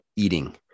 eating